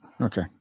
Okay